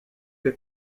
che